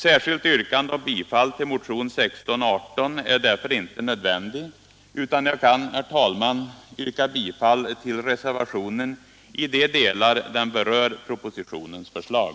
Särskilt yrkande om bifall till motionen 1618 är därför inte nödvändigt, utan jag kan, herr talman, yrka bifall till reservationen i de delar den berör propositionens förslag.